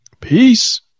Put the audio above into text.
Peace